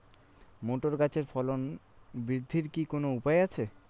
Motor গাছের ফলন বৃদ্ধির কি কোনো উপায় আছে?